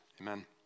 amen